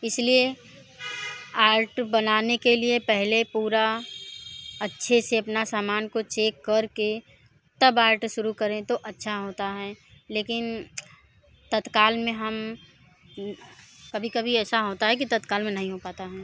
इस लिए आर्ट बनाने के लिए पहले पूरा अच्छे से अपना सामान को चेक कर के तब आर्ट सहुरू करें तो अच्छा होता है लेकिन तत्काल में हम कभी कभी ऐसा होता हैं कि तत्काल में नहीं हो पाता है